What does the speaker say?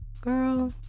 Girl